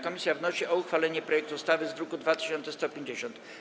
Komisja wnosi o uchwalenie projektu ustawy z druku nr 2150.